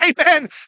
amen